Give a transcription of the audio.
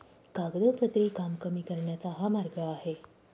कागदोपत्री काम कमी करण्याचा हा मार्ग आहे